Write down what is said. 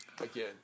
again